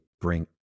bring